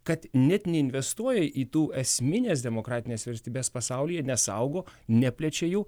kad net neinvestuoja į tų esmines demokratines vertybes pasaulyje nesaugo neplečia jų